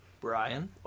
Brian